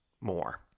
more